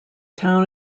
town